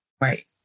Right